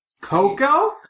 Coco